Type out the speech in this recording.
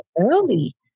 early